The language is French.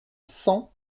cent